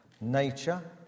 nature